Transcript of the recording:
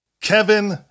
Kevin